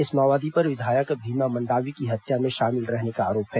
इस माओवादी पर विधायक भीमा मंडावी की हत्या में शामिल रहने का आरोप है